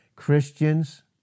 Christians